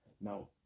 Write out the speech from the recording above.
Now